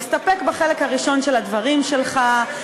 להסתפק בחלק הראשון של הדברים שלך,